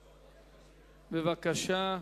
בבקשה.